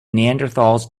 neanderthals